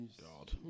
God